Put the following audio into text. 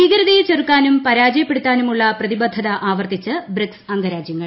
ഭീകരതയെ ചെറുക്കാനും പരാജയപ്പെടുത്താനുമുള്ള പ്രതിബദ്ധത ആവർത്തിച്ച് ബ്രിക്സ് അംഗരാജ്യങ്ങൾ